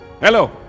Hello